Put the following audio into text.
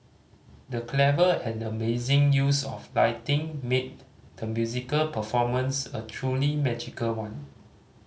the clever and amazing use of lighting made the musical performance a truly magical one